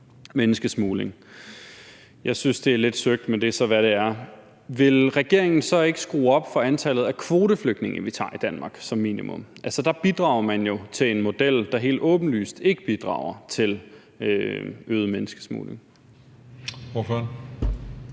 menneskesmugling. Jeg synes, det er lidt søgt, men det er så, hvad det er. Vil regeringen så ikke som minimum skrue op for antallet af kvoteflygtninge, vi tager i Danmark? Altså, der bidrager man jo til en model, der helt åbenlyst ikke bidrager til øget menneskesmugling.